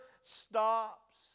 stops